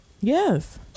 Yes